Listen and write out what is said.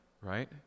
Right